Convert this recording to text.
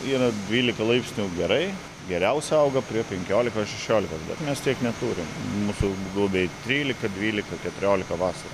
yra dvylika laipsnių gerai geriausia auga prie penkiolika šešiolika bet mes tiek neturim mūsų grubiai trylika dvylika keturiolika vasarą